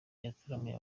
yataramiye